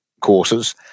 courses